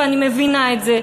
ואני מבינה את זה,